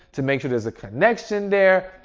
to make sure there's a connection there,